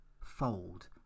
fold